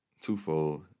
twofold